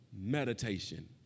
Meditation